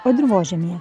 o dirvožemyje